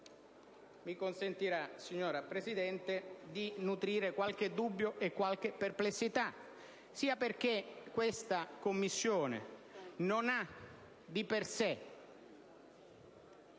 mi consentirà, signora Presidente, di nutrire qualche dubbio e qualche perplessità, perché questa Commissione non ha, di per sé,